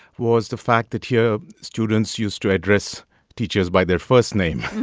was the fact that here students used to address teachers by their first name.